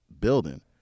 building